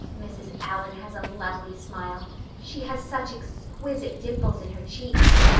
mrs. allan has a lovely smile she has such exquisite dimples in her cheeks.